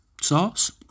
sauce